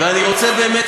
ואני רוצה באמת,